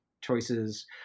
choices